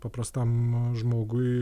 paprastam žmogui